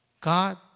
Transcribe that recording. God